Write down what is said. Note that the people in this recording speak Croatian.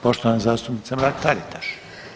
Poštovana zastupnica Mrak Taritaš.